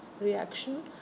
reaction